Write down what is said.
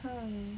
um